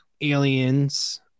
aliens